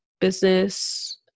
business